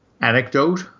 anecdote